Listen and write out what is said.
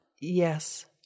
Yes